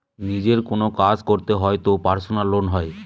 নিজের কোনো কাজ করতে হয় তো পার্সোনাল লোন হয়